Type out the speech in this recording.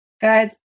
Guys